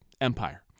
empire